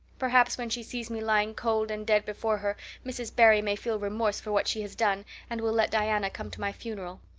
perhaps when she sees me lying cold and dead before her mrs. barry may feel remorse for what she has done and will let diana come to my funeral.